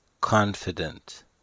confident